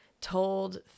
told